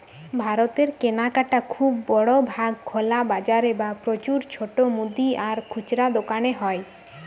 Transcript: ভারতের কেনাকাটা খুব বড় ভাগ খোলা বাজারে বা প্রচুর ছোট মুদি আর খুচরা দোকানে হয়